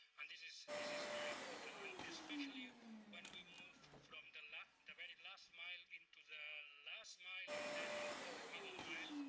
um this is this is very important, um especially when we move from the and very last mile into the last mile and then into the middle mile.